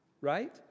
Right